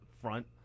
front